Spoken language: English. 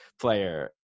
player